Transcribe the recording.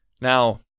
Now